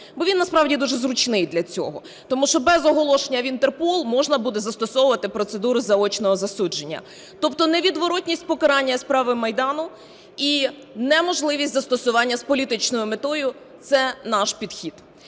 Бо він насправді дуже зручний для цього, тому що без оголошення в Інтерпол можна буде застосовувати процедуру заочного засудження. Тобто невідворотність покарання за справи Майдану і неможливість застосування з політичною метою – це наш підхід.